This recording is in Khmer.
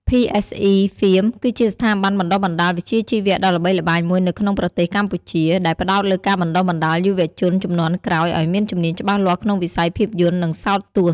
PSE ហ្វៀម គឺជាស្ថាប័នបណ្ដុះបណ្ដាលវិជ្ជាជីវៈដ៏ល្បីល្បាញមួយនៅក្នុងប្រទេសកម្ពុជា ដែលផ្ដោតលើការបណ្ដុះបណ្ដាលយុវជនជំនាន់ក្រោយឱ្យមានជំនាញច្បាស់លាស់ក្នុងវិស័យភាពយន្ត និងសោតទស្សន៍។